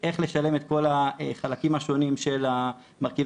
איך לשלם את כל החלקים השונים של מרכיבי